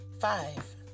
five